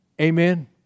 Amen